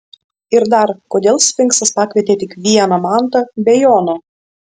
ir dar kodėl sfinksas pakvietė tik vieną mantą be jono